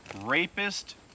rapist